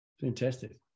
Fantastic